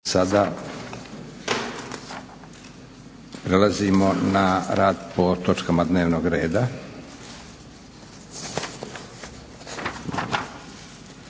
Sada prelazimo na rad po točkama dnevnog reda.